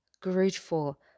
grateful